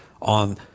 on